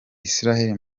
israel